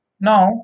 Now